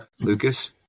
Lucas